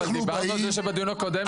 ככל שרוצים לברר בצורה נכונה עם שמיעת ראיות,